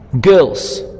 Girls